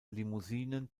limousinen